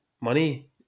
money